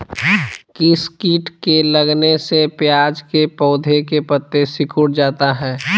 किस किट के लगने से प्याज के पौधे के पत्ते सिकुड़ जाता है?